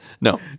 No